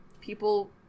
People